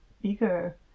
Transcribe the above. bigger